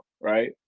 right